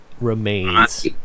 remains